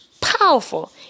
powerful